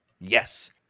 Yes